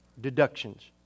deductions